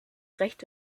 recht